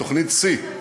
תוכנית שיא,